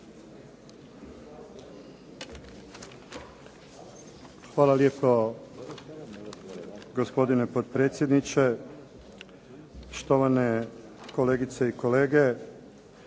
Hvala lijepo gospodine potpredsjedniče, štovane kolegice i kolege.